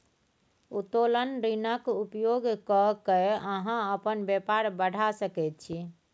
उत्तोलन ऋणक उपयोग क कए अहाँ अपन बेपार बढ़ा सकैत छी